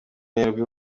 nairobi